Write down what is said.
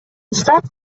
штраф